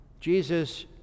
Jesus